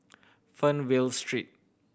Fernvale Street